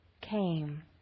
came